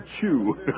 chew